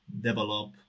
develop